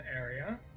area